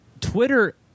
Twitter